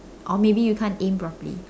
or maybe you can't aim properly